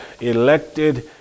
elected